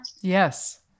Yes